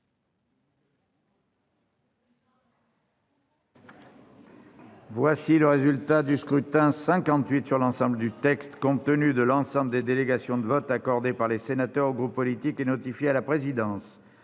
le résultat du scrutin. Voici, compte tenu de l'ensemble des délégations de vote accordées par les sénateurs aux groupes politiques et notifiées à la présidence,